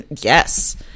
Yes